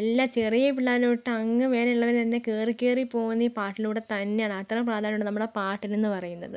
എല്ലാ ചെറിയ പിള്ളേർ തൊട്ട് അങ്ങ് വരെയുള്ളവർ തന്നെ കയറി കയറി പോകുന്നത് ഈ പാട്ടിലൂടെ തന്നെയാണ് അത്ര പ്രാധാന്യം ഉണ്ട് നമ്മുടെ പാട്ടിനെന്ന് പറയുന്നത്